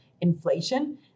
inflation